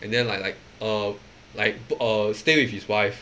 and then like like err like err stay with his wife